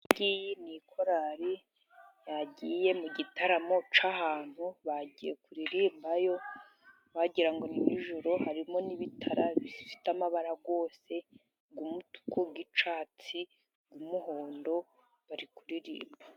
Iyi ngiyi ni korali yagiye mu gitaramo cy'ahantu bagiye kuririmbayo wagira ngo ni nijoro harimo n'ibitara bifite amabara yose y' umutuku, y'icyatsi ,y'umuhondo bari kuririmba.